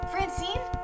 Francine